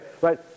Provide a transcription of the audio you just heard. right